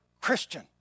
Christian